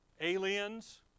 aliens